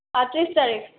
অঁ ত্ৰিছ তাৰিখ